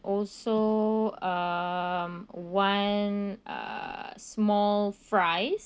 also um one uh small fries